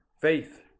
faith